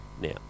now